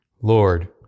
Lord